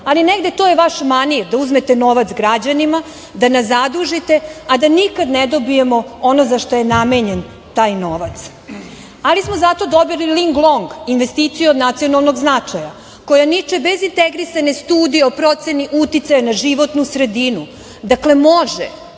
ali negde to je vaš manir, da uzmete novac građanima, da nas zadužite, a da nikad ne dobijemo ono za šta je namenjen taj novac. Ali smo zato dobili „Linglong“, investiciju od nacionalnog značaja, koja niče bez integrisane studije o proceni uticaja na životnu sredinu. Dakle, može,